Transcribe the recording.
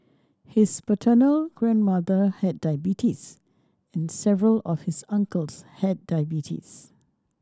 his paternal grandmother had diabetes and several of his uncles had diabetes